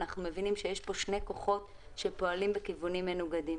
אנחנו מבינים שיש כאן שני כוחות שפועלים בכיוונים מנוגדים,